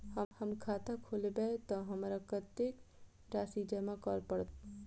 हम खाता खोलेबै तऽ हमरा कत्तेक राशि जमा करऽ पड़त?